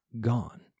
gone